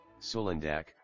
Sulindac